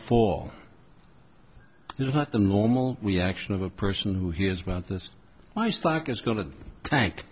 fall is not the normal reaction of a person who hears about this my stock is going to tan